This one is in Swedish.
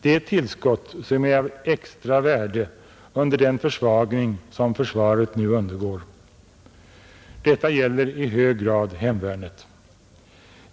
Det är tillskott som är av extra vikt under den försvagning som försvaret nu undergår. Detta gäller i hög grad hemvärnet.